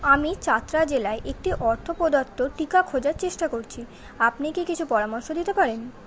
আমি চাতরা জেলায় একটি অর্থপ্রদত্ত টিকা খোঁজার চেষ্টা করছি আপনি কি কিছু পরামর্শ দিতে পারেন